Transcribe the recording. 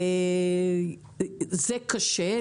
זה קשה.